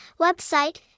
website